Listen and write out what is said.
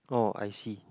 oh I see